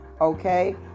Okay